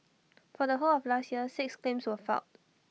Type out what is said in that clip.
for the whole of last year six claims were filed